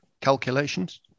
calculations